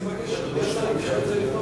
אני מבקש שאדוני השר ייקח את זה לבדיקה.